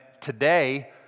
today